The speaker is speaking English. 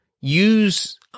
use